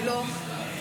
אני לא,